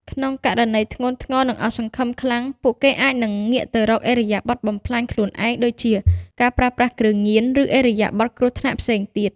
ក្នុងករណីធ្ងន់ធ្ងរ និងអស់សង្ឃឹមខ្លាំង ពួកគេអាចងាកទៅរកឥរិយាបថបំផ្លាញខ្លួនឯងដូចជា ការប្រើប្រាស់គ្រឿងញៀន ឬឥរិយាបថគ្រោះថ្នាក់ផ្សេងទៀត។